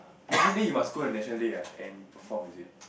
National Day you must go to National Day ah and perform is it